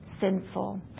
sinful